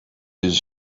his